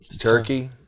turkey